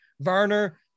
Varner